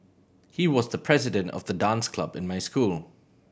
he was the president of the dance club in my school